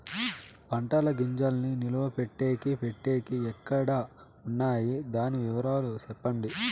పంటల గింజల్ని నిలువ పెట్టేకి పెట్టేకి ఎక్కడ వున్నాయి? దాని వివరాలు సెప్పండి?